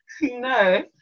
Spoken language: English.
No